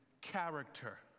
character